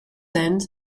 hand